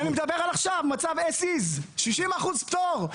אני מדבר על עכשיו, מצב as is, 60% פטור.